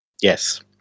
Yes